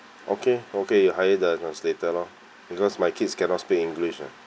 okay okay you hire the translator lor because my kids cannot speak english ah